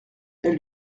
elle